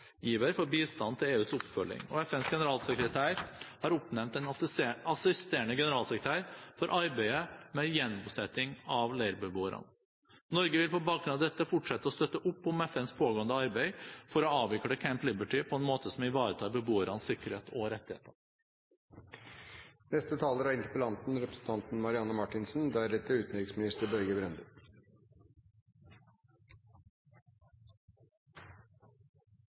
for bistand til EUs oppfølging, og FNs generalsekretær har oppnevnt en assisterende generalsekretær for arbeidet med gjenbosetting av leirbeboerne. Norge vil på bakgrunn av dette fortsette å støtte opp om FNs pågående arbeid for å avvikle Camp Liberty på en måte som ivaretar beboernes sikkerhet og rettigheter.